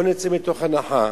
בואו נצא מתוך הנחה